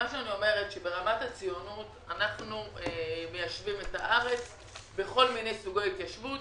ברמת הציונות אנחנו מיישבים את הארץ בכל מיני סוגי התיישבות,